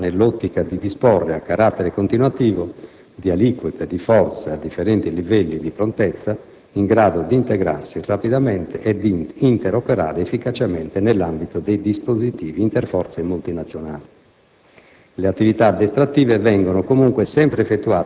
L'addestramento riveste un'importanza primaria nell'ottica di disporre, a carattere continuativo, di aliquote di forza a differenti livelli di prontezza, in grado di integrarsi rapidamente e di interoperare efficacemente nell'ambito dei dispositivi interforze e multinazionali.